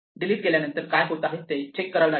delete केल्यानंतर काय होत आहे ते चेक लागेल